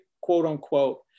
quote-unquote